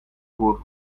voor